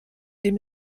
dem